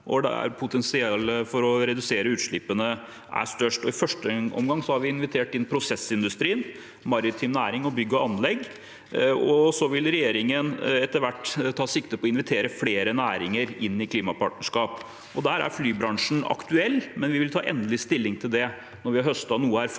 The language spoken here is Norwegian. potensialet for å redusere utslippene er størst. I første omgang har vi invitert prosessindustrien, maritim næring og bygg og anlegg, og så vil regjeringen etter hvert ta sikte på å invitere flere næringer inn i klimapartnerskap. Der er flybransjen aktuell, men vi vil ta endelig stilling til det når vi har høstet noe erfaring